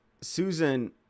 Susan